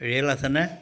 rail আছেনে